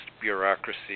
bureaucracy